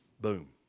Boom